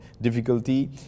difficulty